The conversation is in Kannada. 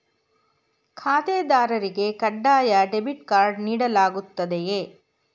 ಖಾತೆದಾರರಿಗೆ ಕಡ್ಡಾಯ ಡೆಬಿಟ್ ಕಾರ್ಡ್ ನೀಡಲಾಗುತ್ತದೆಯೇ?